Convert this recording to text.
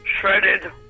shredded